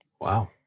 Wow